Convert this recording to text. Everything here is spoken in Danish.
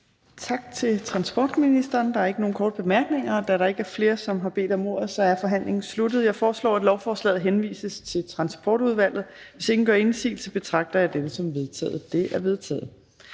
Tak til transportministeren. Der er ikke nogen korte bemærkninger. Da der ikke er flere, som har bedt om ordet, er forhandlingen sluttet. Jeg foreslår, at lovforslaget henvises til Transportudvalget. Hvis ingen gør indsigelse, betragter jeg dette som vedtaget. Det er vedtaget.